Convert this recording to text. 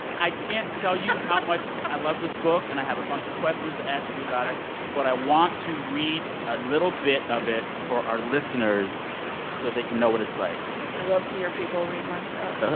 i can't tell you how much i love this book. and i have a bunch of questions to ask you about it ok but i want to read a little bit of it for our listeners so they can know what it's like i love to hear people read my stuff uh-oh